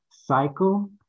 cycle